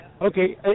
Okay